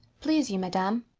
please you, madam.